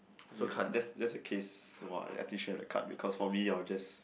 okay that's that's the case !wah! I teach you how to cut because for me I will just